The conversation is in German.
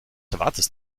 erwartest